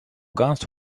guns